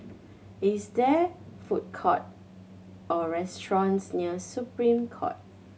is there food court or restaurants near Supreme Court